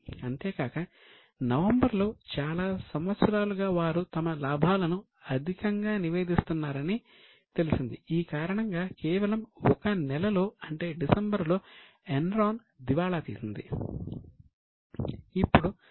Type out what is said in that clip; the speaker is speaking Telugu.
అంతేకాక నవంబరులో చాలా సంవత్సరాలుగా వారు తమ లాభాలను అధికంగా నివేదిస్తున్నారని తెలిసింది ఈ కారణంగా కేవలం ఒక నెలలో అంటే డిసెంబరులో ఎన్రాన్ దివాళా తీసింది